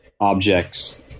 objects